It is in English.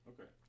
Okay